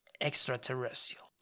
extraterrestrial